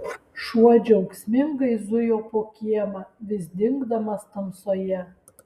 šuo džiaugsmingai zujo po kiemą vis dingdamas tamsoje